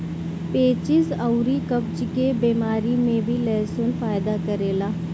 पेचिस अउरी कब्ज के बेमारी में भी लहसुन फायदा करेला